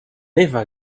never